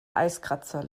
eiskratzer